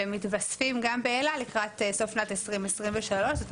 ומתווספים גם באלה לקראת סוף שנת 2023. זאת